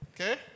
Okay